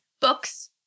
Books